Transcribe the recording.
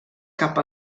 cap